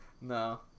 No